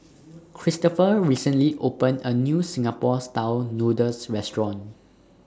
Kristofer recently opened A New Singapore Style Noodles Restaurant